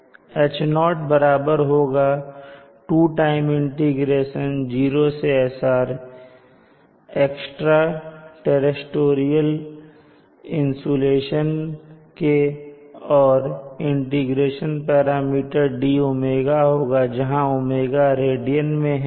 H0 बराबर होगा 2 times integration 0 से SR एक्स्ट्रा टेरेस्टेरियल इंसुलेशन के और इंटीग्रेशन पैरामीटर d𝝎 होगा जहां 𝝎 रेडियन में है